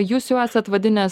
jūs jau esat vadinęs